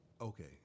Okay